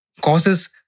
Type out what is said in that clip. causes